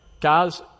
Guys